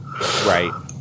Right